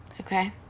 Okay